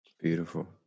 Beautiful